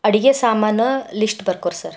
ಅಡುಗೆ ಸಾಮಾನು ಲಿಸ್ಟ್ ಬರ್ಕೋರಿ ಸರ್